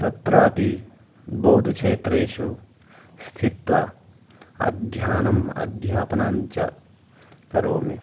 तत्रापि बौद्धक्षेत्रेषु स्थित्वा अध्ययनम् अध्यापनञ्च करोमि